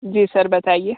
जी sir बताइए